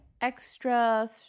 extra